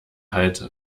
hallt